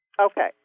Okay